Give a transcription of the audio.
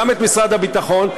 גם את משרד הביטחון,